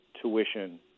tuition